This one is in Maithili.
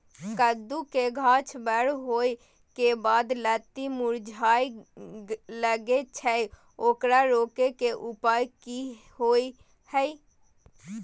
कद्दू के गाछ बर होय के बाद लत्ती मुरझाय लागे छै ओकरा रोके के उपाय कि होय है?